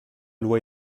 loi